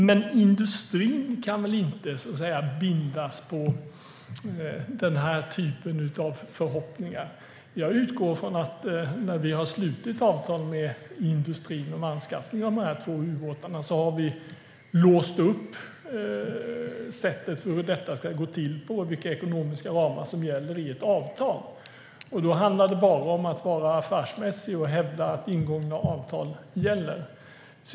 Men industrin kan väl inte bindas av den typen av förhoppningar. När vi har slutit avtal med industrin om anskaffning av två ubåtar utgår jag ifrån att vi har fastslagit sättet för hur detta ska gå till och vilka ramar som gäller i ett avtal. Då handlar det bara om att vara affärsmässig och hävda att ingångna avtal gäller.